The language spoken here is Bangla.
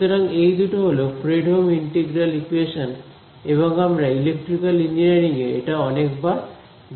সুতরাং এই দুটো হল ফ্রেডহোম ইন্টিগ্রাল ইকুয়েশন এবং আমরা ইলেকট্রিক্যাল ইঞ্জিনিয়ারিং এ এটা অনেক অনেক বার দেখতে পাবো